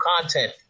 content